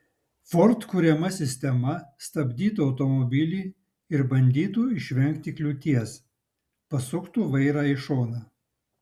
ford kuriama sistema stabdytų automobilį ir bandytų išvengti kliūties pasuktų vairą į šoną